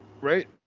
right